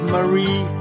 Marie